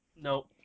no